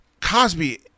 Cosby